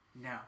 No